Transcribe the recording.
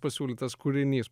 pasiūlytas kūrinys